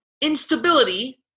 instability